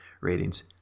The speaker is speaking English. ratings